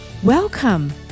Welcome